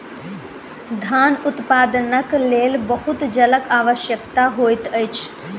धान उत्पादनक लेल बहुत जलक आवश्यकता होइत अछि